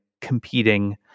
competing